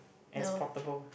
and is portable